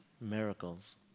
Miracles